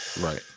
Right